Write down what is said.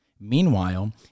Meanwhile